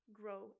grow